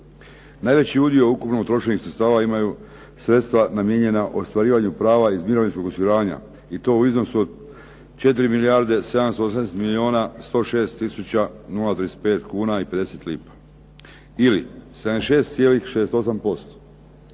Najveći udio ukupno utrošenih sredstava imaju sredstva namijenjena ostvarivanju prava iz mirovinskog osiguranja i to u iznosu od 4 milijarde … /Govornik se ne razumije./ … 106 tisuća 035 kuna i 50 lipa ili 76,68%.